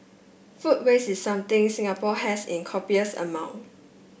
food waste is something Singapore has in copious amounts